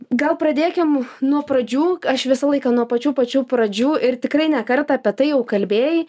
gal pradėkim nuo pradžių aš visą laiką nuo pačių pačių pradžių ir tikrai ne kartą apie tai jau kalbėjai